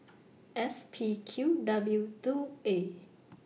S P Q W two A